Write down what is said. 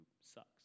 sucks